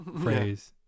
phrase